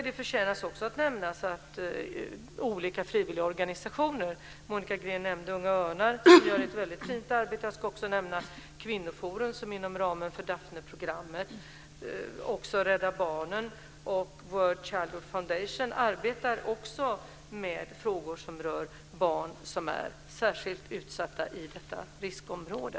Det förtjänar också att nämnas att olika frivilliga organisationer deltar i detta. Monica Green nämnde Unga Örnar, som gör ett väldigt fint arbete. Jag ska också nämna Kvinnoforum, som arbetar inom ramen för Daphneprogrammet. Även Rädda Barnen och World Childhood Foundation arbetar med frågor som rör barn som är särskilt utsatta i detta riskområde.